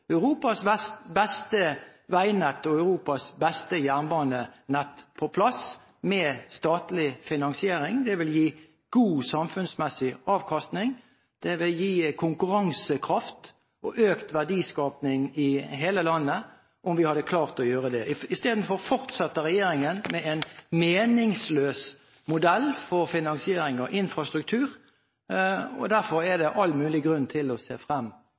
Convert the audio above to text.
Europas beste veinett og Europas beste jernbanenett på plass med statlig finansiering. Det vil gi god samfunnsmessig avkastning, og det vil gi konkurransekraft og økt verdiskaping i hele landet, om vi hadde klart å gjøre det. I stedet fortsetter regjeringen med en meningsløs modell for finansiering av infrastruktur. Derfor er det all mulig grunn til å se frem